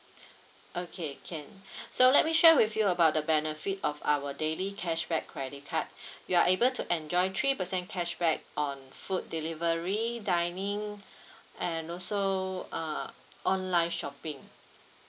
okay can so let me share with you about the benefit of our daily cashback credit card you are able to enjoy three percent cashback on food delivery dining and also uh online shopping